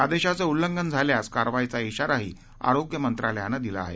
आदेशाचं उल्लंघन झाल्यास कारवाईचा इशारा आरोग्य मंत्रालयानं दिला आहे